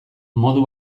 modu